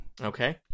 Okay